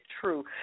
true